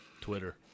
Twitter